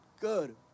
good